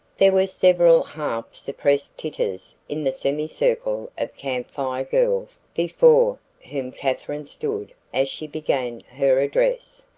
there were several half-suppressed titters in the semicircle of camp fire girls before whom katherine stood as she began her address.